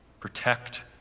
Protect